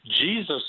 Jesus